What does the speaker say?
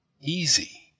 easy